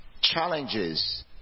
challenges